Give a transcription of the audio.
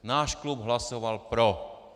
Náš klub hlasoval pro.